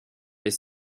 les